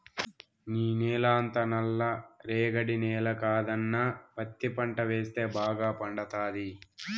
నీ నేలంతా నల్ల రేగడి నేల కదన్నా పత్తి పంట వేస్తే బాగా పండతాది